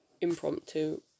impromptu